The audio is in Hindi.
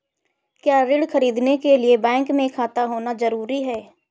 क्या ऋण ख़रीदने के लिए बैंक में खाता होना जरूरी है?